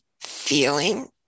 feeling